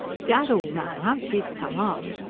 gad, old man, how she's come on!